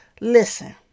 listen